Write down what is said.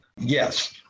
yes